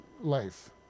life